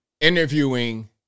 interviewing